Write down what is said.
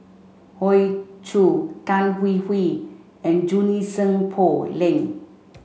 Hoey Choo Tan Hwee Hwee and Junie Sng Poh Leng